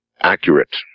accurate